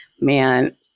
man